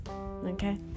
okay